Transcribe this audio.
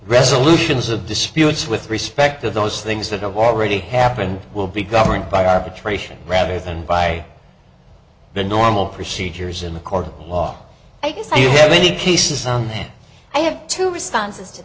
resolutions of disputes with respect to those things that have already happened will be governed by arbitration rather than by the normal procedures in a court of law i guess i think he says something i have two responses to